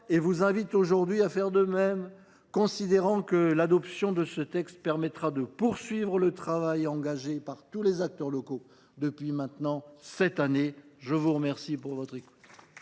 et vous invite aujourd’hui à faire de même, considérant que l’adoption de ce texte permettra de poursuivre le travail vertueux engagé par tous les acteurs locaux depuis maintenant sept années. La parole est